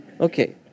Okay